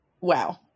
wow